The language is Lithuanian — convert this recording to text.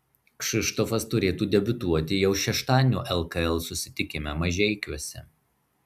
kšištofas turėtų debiutuoti jau šeštadienio lkl susitikime mažeikiuose